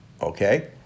okay